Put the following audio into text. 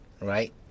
Right